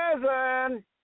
prison